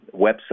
website